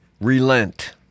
relent